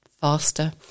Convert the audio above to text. faster